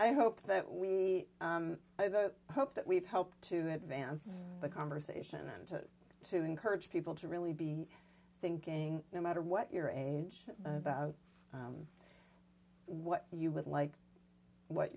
i hope that we hope that we've helped to advance the conversation and to encourage people to really be thinking no matter what your age about what you would like what